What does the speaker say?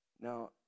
Now